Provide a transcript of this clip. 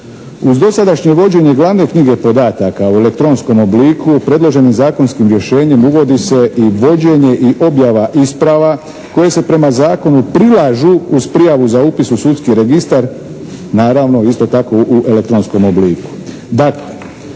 Uz dosadašnje vođenje glavne knjige podataka u elektronskom obliku predloženim zakonskim rješenjem uvodi se i vođenje i objava isprava koje se prema zakonu prilažu uz prijavu za upis u Sudski registar naravno isto tako u elektronskom obliku.